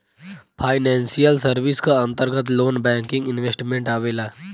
financial service क अंतर्गत loan banking investment आवेला